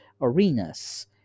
arenas